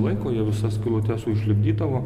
laiko jie visas skylutes užlipdydavo